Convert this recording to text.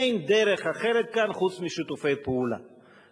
אין דרך אחרת כאן חוץ משיתופי פעולה,